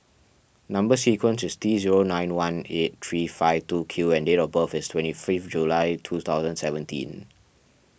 Number Sequence is T zero nine one eight three five two Q and date of birth is twenty fifth July two thousand seventeen